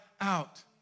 out